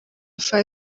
five